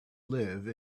live